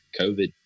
COVID